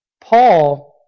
Paul